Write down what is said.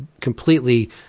completely